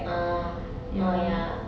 ah oh ya